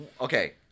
Okay